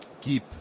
keep